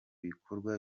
bikorwa